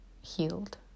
healed